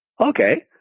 Okay